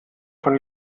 von